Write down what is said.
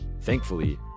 Thankfully